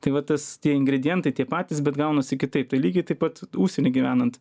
tai va tas tie ingredientai tie patys bet gaunasi kitaip lygiai taip pat užsieny gyvenant